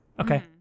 Okay